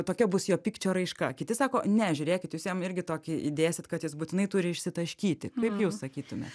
tokia bus jo pykčio raiška kiti sako ne žiūrėkit jūs jam irgi tokį įdėsit kad jis būtinai turi išsitaškyti kaip jūs sakytumėt